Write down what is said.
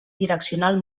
direccional